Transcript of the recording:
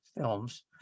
films